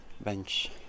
bench